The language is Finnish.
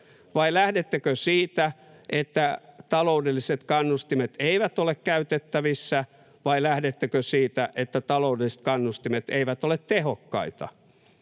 Vai lähdettekö siitä, että taloudelliset kannustimet eivät ole käytettävissä? Vai lähdettekö siitä, että taloudelliset kannustimet eivät ole tehokkaita?